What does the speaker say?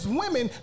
women